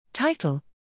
Title